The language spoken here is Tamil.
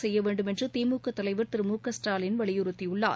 செய்ய வேண்டுமென்று திமுக தலைவர் திரு மு க ஸ்டாலின் வலியுறுத்தியுள்ளார்